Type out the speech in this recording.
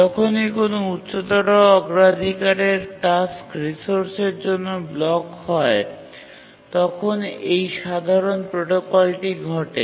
যখনই কোনও উচ্চতর অগ্রাধিকারের টাস্ক রিসোর্সের জন্য ব্লক হয় তখন এই সাধারণ প্রোটোকলটি ঘটে